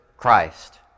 christ